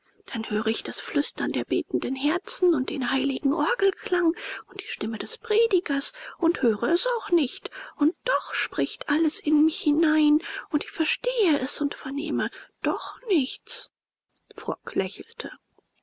dann höre ich das flüstern der betenden herzen und den heiligen orgelklang und die stimme des predigers und höre es auch nicht und doch spricht alles in mich hinein und ich verstehe es und vernehme doch nichts frock lächelte